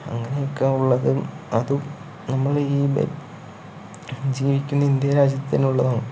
അങ്ങനെയൊക്കെയുള്ളതും അതും നമ്മളീ ജീവിക്കുന്ന ഇന്ത്യാ രാജ്യത്തുതന്നെള്ളതാണ്